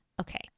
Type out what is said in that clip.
Okay